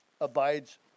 abides